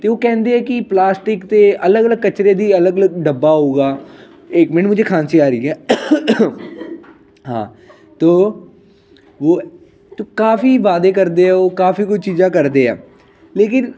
ਅਤੇ ਉਹ ਕਹਿੰਦੇ ਹੈ ਕਿ ਪਲਾਸਟਿਕ ਅਤੇ ਅਲਗ ਅਲਗ ਕਚਰੇ ਦੀ ਅਲਗ ਅਲਗ ਡੱਬਾ ਹੋਊਗਾ ਏਕ ਮਿੰਟ ਮੁਝੇ ਖਾਂਸੀ ਆ ਰਹੀ ਹੈ ਹਾਂ ਤੋ ਵੋਹ ਤੋ ਕਾਫ਼ੀ ਵਾਅਦੇ ਕਰਦੇ ਉਹ ਕਾਫ਼ੀ ਕੁਝ ਚੀਜ਼ਾਂ ਕਰਦੇ ਹੈ ਲੇਕਿਨ